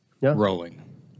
rolling